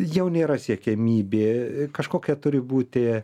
jau nėra siekiamybė kažkokia turi būti